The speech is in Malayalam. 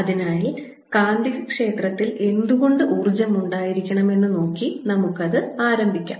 അതിനാൽ കാന്തികക്ഷേത്രത്തിൽ എന്തുകൊണ്ട് ഊർജ്ജം ഉണ്ടായിരിക്കണമെന്ന് നോക്കി നമുക്ക് ആരംഭിക്കാം